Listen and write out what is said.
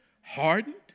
hardened